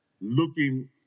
looking